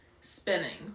spinning